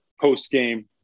post-game